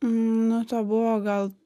nu to buvo gal